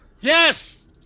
Yes